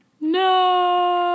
No